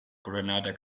grenada